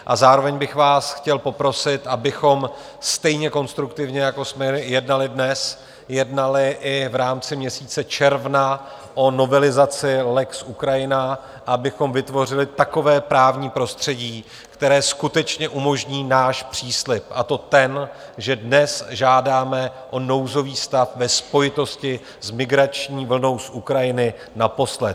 A zároveň bych vás chtěl poprosit, abychom stejně konstruktivně, jako jsme jednali dnes, jednali i v rámci měsíce června o novelizaci lex Ukrajina, abychom vytvořili takové právní prostředí, které skutečně umožní náš příslib, a to ten, že dnes žádáme o nouzový stav ve spojitosti s migrační vlnou z Ukrajiny naposled.